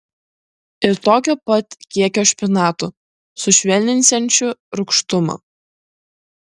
ir tokio pat kiekio špinatų sušvelninsiančių rūgštumą